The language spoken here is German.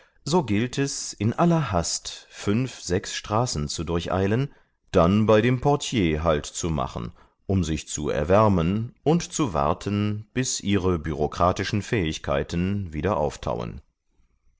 so gilt es in aller hast fünf sechs straßen zu durcheilen dann bei dem portier haltzumachen um sich zu erwärmen und zu warten bis ihre bürokratischen fähigkeiten wieder auftauen